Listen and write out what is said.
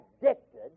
addicted